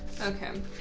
Okay